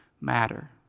matter